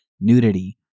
nudity